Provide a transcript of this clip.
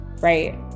right